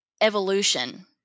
evolution